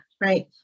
right